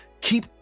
keep